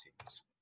teams